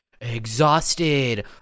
exhausted